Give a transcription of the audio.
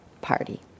party